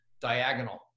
diagonal